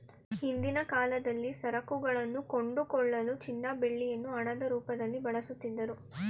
ಹಿಂದಿನ ಕಾಲದಲ್ಲಿ ಸರಕುಗಳನ್ನು ಕೊಂಡುಕೊಳ್ಳಲು ಚಿನ್ನ ಬೆಳ್ಳಿಯನ್ನು ಹಣದ ರೂಪದಲ್ಲಿ ಬಳಸುತ್ತಿದ್ದರು